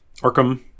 Arkham